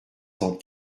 cent